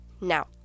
Now